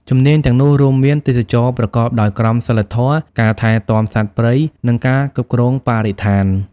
ជំនាញទាំងនោះរួមមាន ទេសចរណ៍ប្រកបដោយក្រមសីលធម៌ ការថែទាំសត្វព្រៃ និងការគ្រប់គ្រងបរិស្ថាន។